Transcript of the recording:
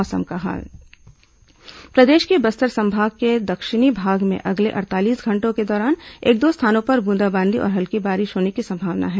मौसम प्रदेश के बस्तर संभाग के दक्षिणी भाग में अगले अड़तालीस घंटों के दौरान एक दो स्थानों पर ब्रंदाबांदी और हल्की बारिश होने की संभावना है